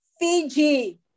Fiji